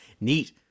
Neat